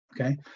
Okay